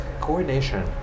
Coordination